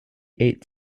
ate